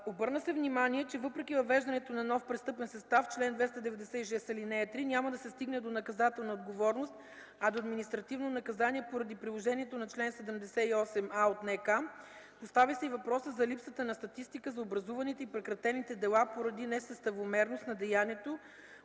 Обърна се внимание, че въпреки въвеждането на нов престъпен състав – чл. 296, ал. 3 няма да се стигне до наказателна отговорност, а до административно наказание поради приложението на чл. 78а от НК. Постави се и въпросът за липсата на статистика за образуваните и прекратени дела поради несъставомерност на деянието,